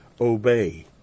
obey